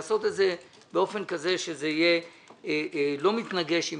לעשות את זה באופן כזה שזה לא יתנגש עם